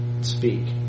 speak